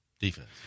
Defense